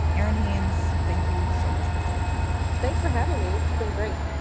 aaron hains, thank you so much for joining me thanks for having me. this has been great